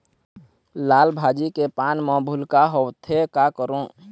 लाल भाजी के पान म भूलका होवथे, का करों?